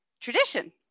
tradition